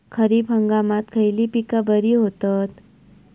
खरीप हंगामात खयली पीका बरी होतत?